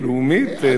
תורנית,